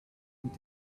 und